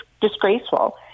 disgraceful